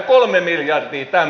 ettekö te häpeä